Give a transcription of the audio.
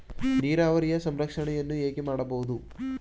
ನೀರಾವರಿಯ ಸಂರಕ್ಷಣೆಯನ್ನು ಹೇಗೆ ಮಾಡಬಹುದು?